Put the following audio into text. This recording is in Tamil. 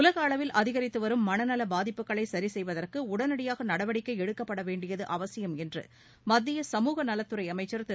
உலகளவில் அதிகரித்து வரும் மனநல பாதிப்புகளை சரிசெய்வதற்கு உடனடியாக நடவடிக்கை எடுக்கப்பட வேண்டியது அவசியம் என்று மத்திய சமுக நலத்துறை அமைச்சர் திரு